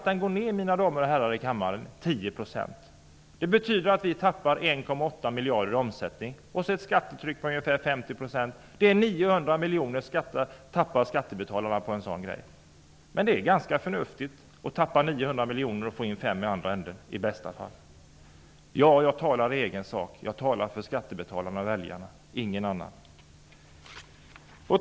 Om den nu, mina damer och herrar i kammaren, minskar med 10 % betyder det att denna sport förlorar 1,8 miljarder i omsättning. Till detta kommer ett skattetryck på ungefär 50 %. Skattebetalarna förlorar 900 miljoner på detta. Men det är väl förnuftigt att förlora 900 miljoner i den enda ändan och i bästa fall få in 5 miljoner i den andra. Ja, jag talar i egen sak i den meningen att jag talar för skattebetalarna och väljarna. Jag talar inte för någon annan.